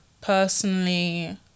personally